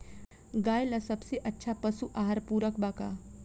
गाय ला सबसे अच्छा पशु आहार पूरक का बा?